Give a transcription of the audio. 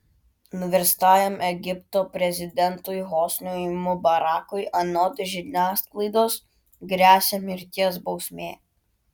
nuverstajam egipto prezidentui hosniui mubarakui anot žiniasklaidos gresia mirties bausmė